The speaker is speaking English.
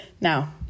Now